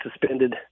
suspended –